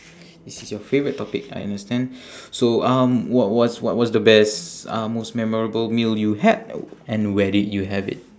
this is your favourite topic I understand so um what was what was the best uh most memorable meal you had and where did you have it